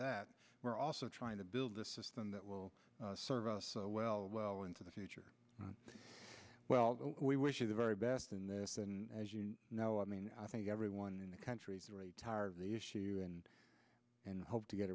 that we're also trying to build a system that will serve us well well into the future well we wish you the very best in this and as you know i mean i think everyone in the country tire of the issue and and hope to get